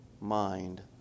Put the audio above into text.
mind